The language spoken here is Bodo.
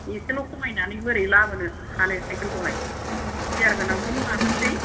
इसेल' खमायनानै बोरै लाबोनो हानो साइखेल खौलाय गियार गोनांखौनो लाबोनोसै